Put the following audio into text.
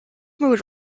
mood